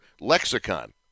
lexicon